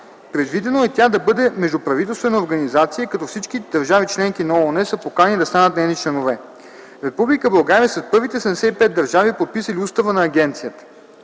Предвидено е тя да бъде междуправителствена организация, като всички държави – членки на ООН, са поканени да станат нейни членове. Република България е сред първите 75 държави, подписали Устава на агенцията.